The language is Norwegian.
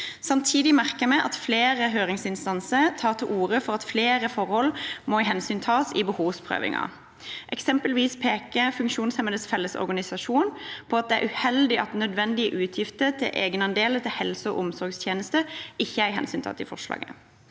Samtidig merker jeg meg at flere høringsinstanser tar til orde for at flere forhold må hensyntas i behovsprøvingen. Eksempelvis peker Funksjonshemmedes Fellesorganisasjon på at det er uheldig at nødvendige utgifter til egenandeler til helse- og omsorgstjenester ikke er hensyntatt i forslaget.